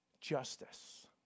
justice